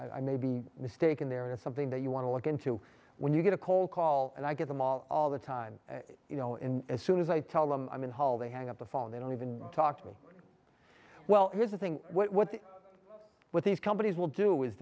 i may be mistaken there is something that you want to look into when you get a cold call and i get them all all the time you know in as soon as i tell them i'm in the hall they hang up the phone they don't even talk to me well here's the thing what's with these companies will do is